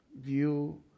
view